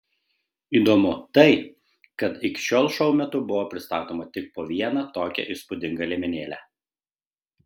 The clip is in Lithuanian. įdomu tai kad iki šiol šou metu buvo pristatoma tik po vieną tokią įspūdingą liemenėlę